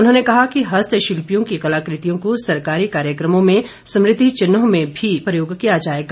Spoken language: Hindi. उन्होंने कहा कि हस्तशिल्पियों की कलाकृतियों को सरकारी कार्यक्रमों में समृति चिन्हों में भी प्रयोग किया जाएगा